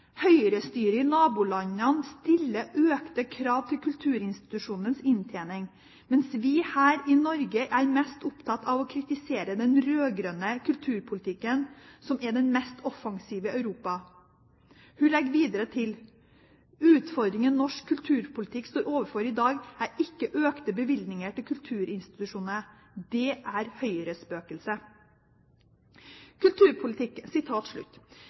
Høyrestyret i nabolandene stiller økte krav til kulturinstitusjonenes inntjening. Mens vi her i Norge er mest opptatt av å kritisere den rød-grønne kulturpolitikken – som er den mest offensive i Europa.» Hun legger videre til: «Utfordringen norsk kulturpolitikk står overfor i dag, er ikke økte bevilgninger til kulturinstitusjonene. Det er